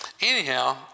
Anyhow